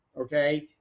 okay